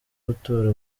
gutora